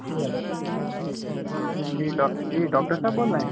جی hello جی جی doctor صاحب بول رہے ہیں